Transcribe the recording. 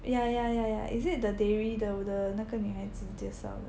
yah yah yah yah is it the Dayre the 的那个女孩子介绍的